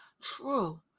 True